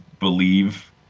believe